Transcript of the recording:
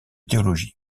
théologie